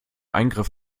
eingriff